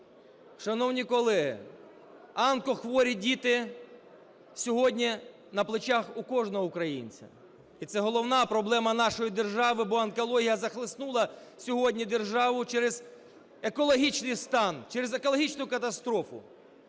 Шановні колеги, онкохворі діти сьогодні на плечах у кожного українця і це головна проблема нашої держави, бо онкологія захлеснула сьогодні державу через екологічний стан, через екологічну катастрофу.